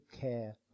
care